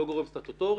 היא לא גורם סטטוטורי.